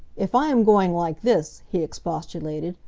if i am going like this, he expostulated,